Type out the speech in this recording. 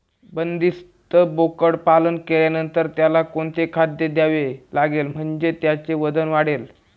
बंदिस्त बोकडपालन केल्यानंतर त्याला कोणते खाद्य द्यावे लागेल म्हणजे त्याचे वजन वाढेल?